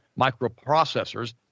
microprocessors